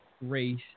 race